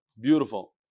Beautiful